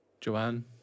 Joanne